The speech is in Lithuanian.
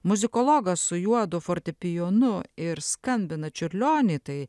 muzikologas su juodu fortepijonu ir skambina čiurlionį tai